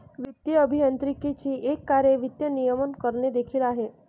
वित्तीय अभियांत्रिकीचे एक कार्य वित्त नियमन करणे देखील आहे